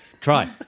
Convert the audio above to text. Try